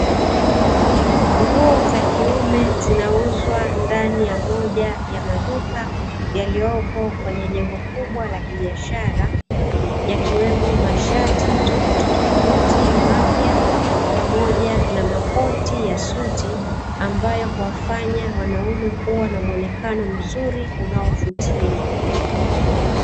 Nguo za kiume zinauzwa ndani ya moja ya maduka, yaliyopo kwenye jengo kubwa la kibiashara. Yakiwemo mashati tofautitofauti mapya, pamoja na makoti ya suti; ambayo huwafanya wanaume kuwa na muonekano mzuri unaovutia.